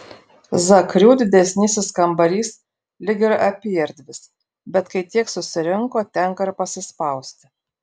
zakrių didesnysis kambarys lyg ir apyerdvis bet kai tiek susirinko tenka ir pasispausti